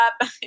up